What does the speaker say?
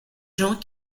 gens